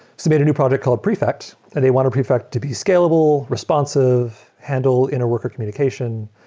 so made a new product called prefect and they wanted prefect to be scalable, responsive, handle in a worker communication.